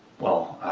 well,